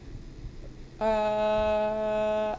uh